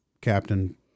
Captain